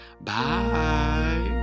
Bye